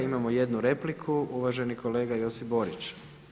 Imamo jednu repliku, uvaženi kolega Josip Borić.